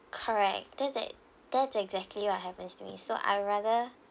correct that's ex~ that's exactly what happens to me so I rather